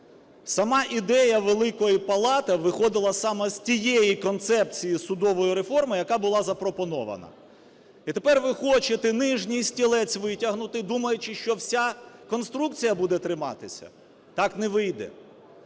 Сама ідея Великої Палати виходила саме з тієї концепції судової реформи, яка була запропонована. І тепер ви хочете нижній стілець витягнути, думаючи, що вся конструкція буде триматися. Так не вийде.